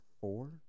four